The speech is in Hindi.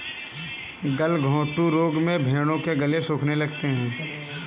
गलघोंटू रोग में भेंड़ों के गले सूखने लगते हैं